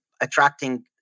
attracting